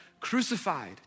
Crucified